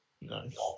Nice